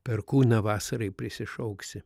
perkūną vasarai prisišauksi